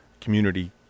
community